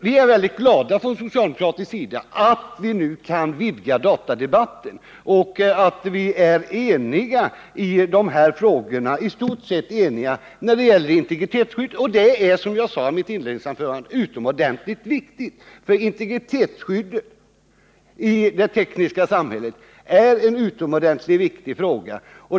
Vi är mycket glada att vi nu kan vidga datadebatten och att vi är i stort sett eniga i dessa frågor när det gäller integritetsskydd. Och det är, som jag sade i mitt inledningsanförande, utomordentligt viktigt, för integritetsskyddet i det tekniska samhället är en oerhört betydelsefull fråga.